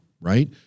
right